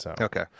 Okay